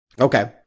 Okay